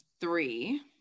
three